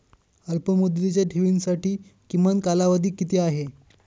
अल्पमुदतीच्या ठेवींसाठी किमान कालावधी किती आहे?